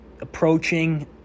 approaching